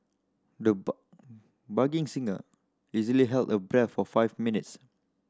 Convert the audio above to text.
the budding singer easily held her breath for five minutes